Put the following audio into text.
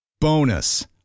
Bonus